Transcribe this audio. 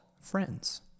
Friends